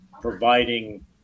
providing